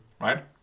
right